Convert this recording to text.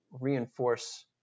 reinforce